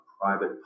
private